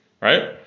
right